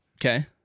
Okay